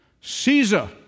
Caesar